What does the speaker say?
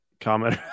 comment